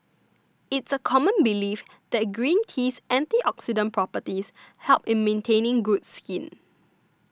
it's a common belief that green tea's antioxidant properties help in maintaining good skin